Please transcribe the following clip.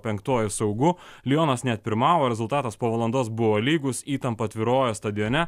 penktuoju saugu lionas net pirmavo rezultatas po valandos buvo lygus įtampa tvyrojo stadione